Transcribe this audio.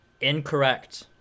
Incorrect